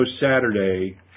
Saturday